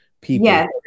people